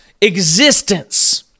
existence